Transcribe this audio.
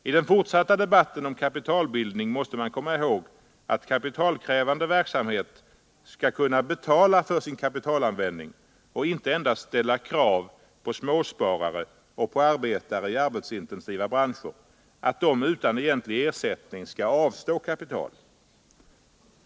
I den fortsatta debatten om kapitalbildning måste man komma ihåg att kapitalkrävande verksamhet skall kunna betala för sin kapitalanvändning och inte endast ställa krav på småsparare och på arbetare i arbetsintensiva branscher att de utan egentlig ersättning skall avstå kapital.